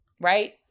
right